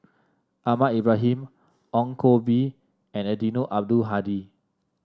Ahmad Ibrahim Ong Koh Bee and Eddino Abdul Hadi